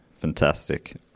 Fantastic